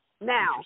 Now